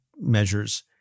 measures